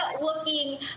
looking